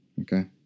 Okay